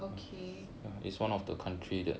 okay